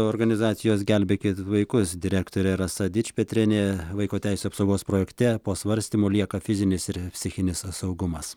organizacijos gelbėkit vaikus direktorė rasa dičpetrienė vaiko teisių apsaugos projekte po svarstymų lieka fizinis ir psichinis saugumas